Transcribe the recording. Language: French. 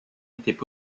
étaient